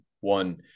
One